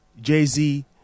Jay-Z